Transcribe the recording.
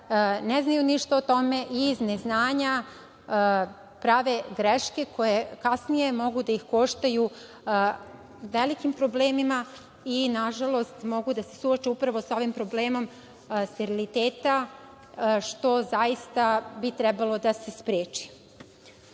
ne znaju ništa o tome i iz neznanja prave greške koje kasnije mogu da ih koštaju velikih problema i, nažalost, mogu da se suoče sa ovim problemom steriliteta, što zaista bi trebalo da se spreči. Kada